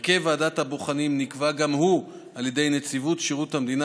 הרכב ועדת הבוחנים נקבע גם הוא על ידי נציבות שירות המדינה,